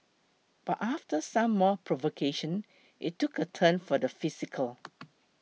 but after some more provocation it took a turn for the physical